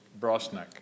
Brassneck